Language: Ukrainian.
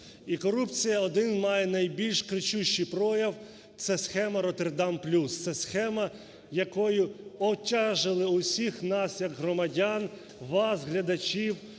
І корупція один має найбільш кричущий прояв – це схема "Роттердам плюс". Це схема, якою обтяжили всіх нас як громадян – вас, глядачів,